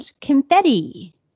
confetti